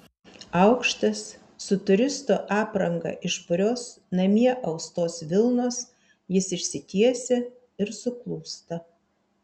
aukštas su turisto apranga iš purios namie austos vilnos jis išsitiesia ir suklūsta